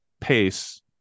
pace